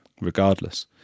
regardless